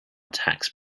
tax